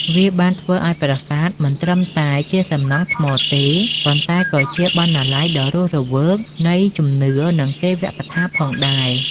វាបានធ្វើឲ្យប្រាសាទមិនត្រឹមតែជាសំណង់ថ្មទេ ប៉ុន្តែក៏ជាបណ្ណាល័យដ៏រស់រវើកនៃជំនឿនិងទេវកថាផងដែរ។